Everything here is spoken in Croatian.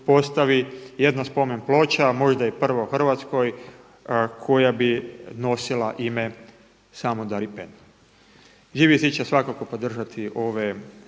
jedna spomenploča a možda i prvoj u Hrvatskoj koja bi nosila ime „samudaripen“. Živi zid će svakako podržati ove